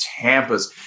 Tampas